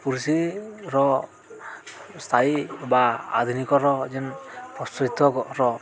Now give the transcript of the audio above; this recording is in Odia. ପୁରୁଷର ସ୍ଥାୟୀ ବା ଆଧୁନିକର ଯେନ୍